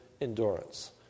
Endurance